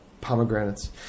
pomegranates